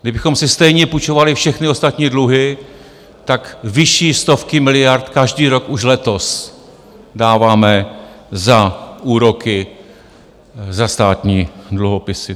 Kdybychom si stejně půjčovali všechny ostatní dluhy, tak vyšší stovky miliard každý rok, už letos, dáváme za úroky za státní dluhopisy.